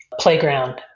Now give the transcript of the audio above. playground